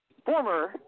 Former